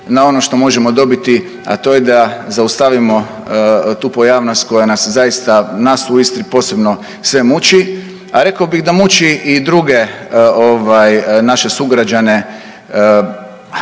na ono što možemo dobiti a to je da zaustavimo tu pojavnost koja nas zaista nas u Istri posebno sve muči. A rekao bi da muči i druge ovaj naše sugrađane, rekao